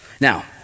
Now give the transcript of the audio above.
Now